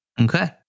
Okay